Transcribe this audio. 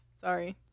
sorry